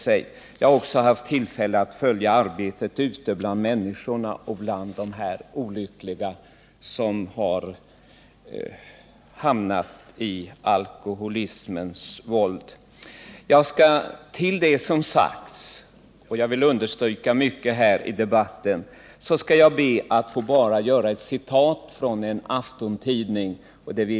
Jag har också haft tillfälle att följa arbetet ute på fältet och fått se hur olyckliga människor hamnat i alkoholismens våld. Jag kan stryka under mycket av det som sagts i den här debatten, men vill därutöver citera ur en aftontidning.